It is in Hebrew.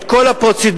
את כל הפרוצדורות,